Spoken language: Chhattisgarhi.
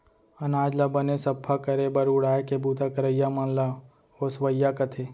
अनाज ल बने सफ्फा करे बर उड़ाय के बूता करइया मन ल ओसवइया कथें